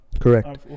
correct